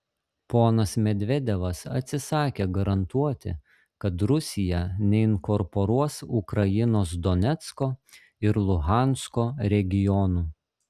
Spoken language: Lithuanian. ponas medvedevas atsisakė garantuoti kad rusija neinkorporuos ukrainos donecko ir luhansko regionų